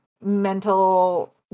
mental